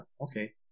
okay